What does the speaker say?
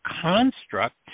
construct